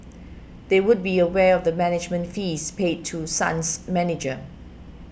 they would be aware of the management fees paid to Sun's manager